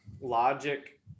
Logic